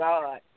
God